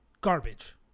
garbage